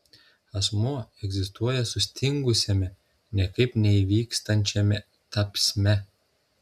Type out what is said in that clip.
asmuo egzistuoja sustingusiame niekaip neįvykstančiame tapsme